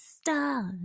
stars